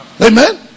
Amen